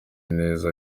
neza